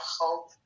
hope